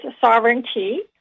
sovereignty